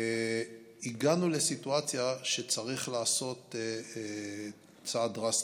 הגענו לסיטואציה שצריך לעשות צעד דרסטי.